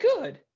good